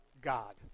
God